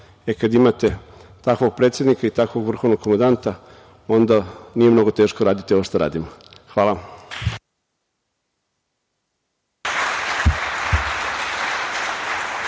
Kada imate takvog predsednika i takvog vrhovnog komandanta, onda nije mnogo teško raditi ovo što radimo. Hvala